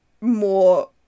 more